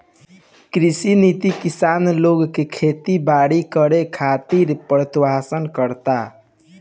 कृषि नीति किसान लोग के खेती बारी करे खातिर प्रोत्साहित करता